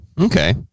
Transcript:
Okay